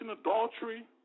adultery